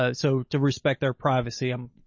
ah so to respect their privacy, um